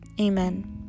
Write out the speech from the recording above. Amen